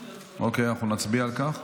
אוקיי, אנחנו נצביע על כך.